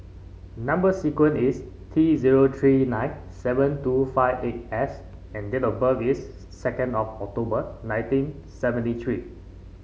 number sequence is T zero three nine seven two five eight S and date of birth is second of October nineteen seventy three